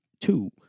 two